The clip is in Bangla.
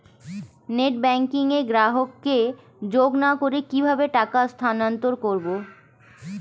নেট ব্যাংকিং এ গ্রাহককে যোগ না করে কিভাবে টাকা স্থানান্তর করব?